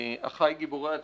אחיי גיבורי התהילה.